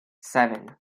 seven